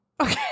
Okay